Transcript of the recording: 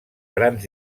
grans